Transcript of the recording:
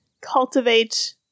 cultivate